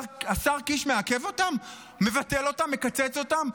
השר קיש מעכב אותם, מבטל אותם, מקצץ אותם.